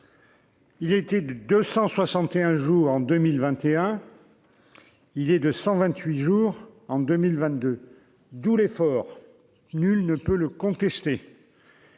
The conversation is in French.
Il était de 261 jours en 2021, il est de 128 jours en 2022, d'où l'effort, nul ne peut le contester.